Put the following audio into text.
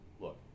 Look